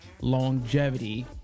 longevity